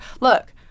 Look